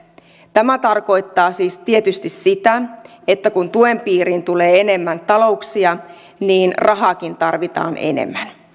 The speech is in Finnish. tämä tarkoittaa siis tietysti sitä että kun tuen piiriin tulee enemmän talouksia niin rahaakin tarvitaan enemmän